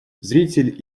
зритель